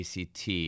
ACT